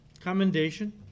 commendation